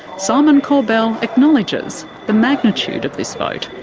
simon corbell acknowledges the magnitude of this vote.